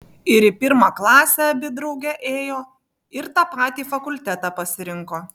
ir į pirmą klasę abi drauge ėjo ir tą patį fakultetą pasirinko